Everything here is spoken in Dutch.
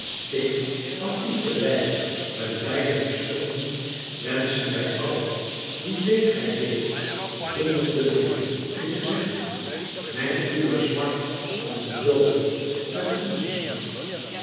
van u te lijf met bijlen te storten wenschen wij allen wie leed gij deedt zonder te willen u te zeggen meng uwe smart om de dooden met nze smart